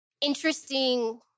interesting